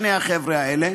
שני החבר'ה האלה,